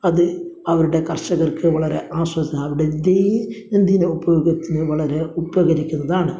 അത് അവരുടെ കര്ഷകര്ക്ക് വളരെ ആശ്വാസമാണ് അവരുടെ ദൈനംദിന ഉപയോഗത്തിന് വളരെ ഉപരിക്കുന്നതാണ്